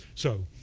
so